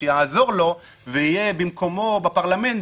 שיעזור לו ויהיה במקומו בפרלמנט,